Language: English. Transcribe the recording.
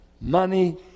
Money